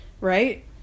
right